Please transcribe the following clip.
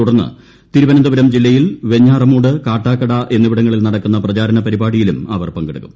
തുടർന്ന് തിരുവനന്തപുരം ജില്ലയിൽ വെഞ്ഞാറമൂട് കാട്ടാക്കട എന്നിവിടങ്ങളിൽ നടക്കുന്ന പ്രചാരണ പരിപാടിയിലും അവർ പങ്കെടുക്കും